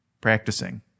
practicing